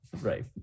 Right